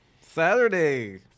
Saturday